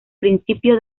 principio